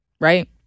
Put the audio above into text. right